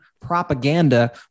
propaganda